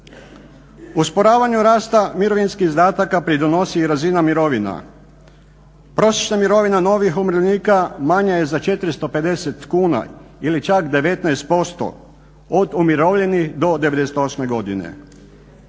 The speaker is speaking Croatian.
Usporavanju rasta mirovinskih izdataka pridonosi i razina mirovina. Prosječna mirovina novih umirovljenika manja je za 450 kuna ili čak 19% od umirovljenih do 98. godine.